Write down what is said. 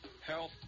health